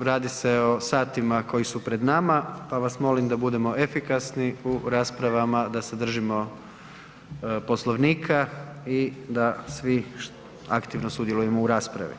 radi se o satima koji su pred nama pa vas molim da budemo efikasni u raspravama, da se držimo Poslovnika i da svi aktivno sudjelujemo u raspravi.